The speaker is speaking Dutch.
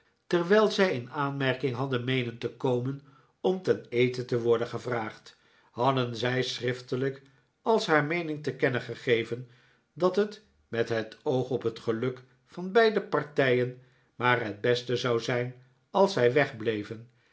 terwijl zij in aanmerking hadden meenen te komen om ten eten te worden gevraagd hadden zij schriftelijk als haar meening te kennen gegeven dat het met het oog op het geluk van beide partijen maar het beste zou zijn als zij wegbleven